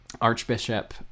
Archbishop